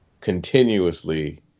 continuously